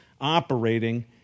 operating